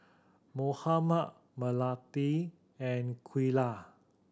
Muhammad Melati and Aqeelah